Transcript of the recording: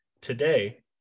today